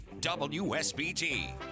WSBT